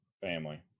family